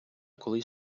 колись